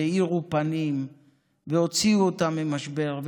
והאירו פנים והוציאו אותם ממשבר,